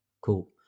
Cool